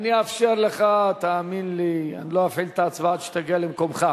לא אפעיל את ההצבעה עד שתגיע למקומך.